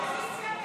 להעביר